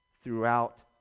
throughout